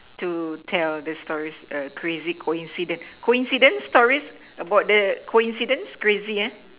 to tell the stories crazy coincidence coincidence stories about the coincidence crazy